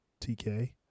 TK